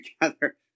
together